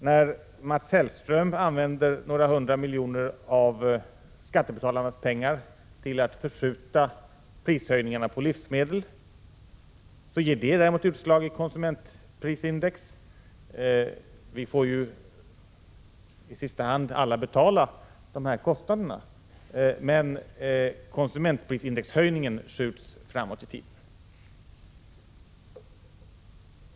När Mats Hellström använder några hundra miljoner av skattebetalarnas pengar till att förskjuta prishöjningarna på livsmedel ger det däremot utslag i konsumentprisindex. Vi får alla i sista hand betala dessa kostnader, men konsumentprisindexhöjningen skjuts framåt i tiden.